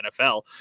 NFL